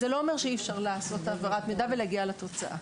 זה לא אומר שאי אפשר לעשות העברת מידע ולהגיע לתוצאה.